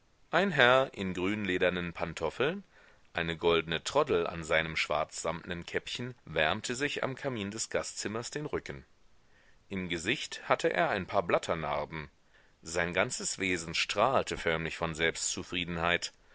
ein herr in grünledernen pantoffeln eine goldne troddel an seinem schwarzsamtnen käppchen wärmte sich am kamin des gastzimmers den rücken im gesicht hatte er ein paar blatternarben sein ganzes wesen strahlte förmlich von